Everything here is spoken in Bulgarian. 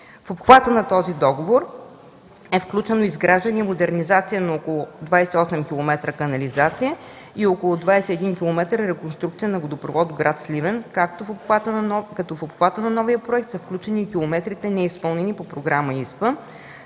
В обхвата на този договор е включено изграждане и модернизация на около 28 километра канализация и около 21 километра реконструкция на водопровод в гр. Сливен, като в обхвата на новия проект са включени и километрите, неизпълнени по Програма ИСПА.